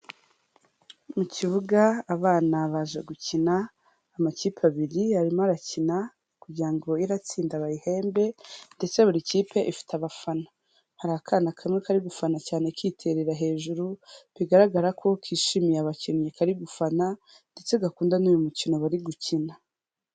Mu kibuga abana baje gukina, amakipe abiri arimo arakina, kugira ngo iratsinda bayihembe, ndetse buri kipe ifite abafana. Hari akana kamwe kari gufana cyane kiterera hejuru, bigaragara ko kishimiye abakinnyi kari gufana, ndetse gakunda n'uyu mukino bari gukina.